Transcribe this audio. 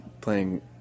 playing